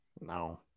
No